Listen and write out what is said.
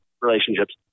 relationships